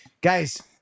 Guys